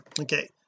okay